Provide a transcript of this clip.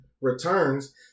returns